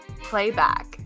Playback